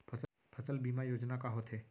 फसल बीमा योजना का होथे?